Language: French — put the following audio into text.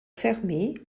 fermée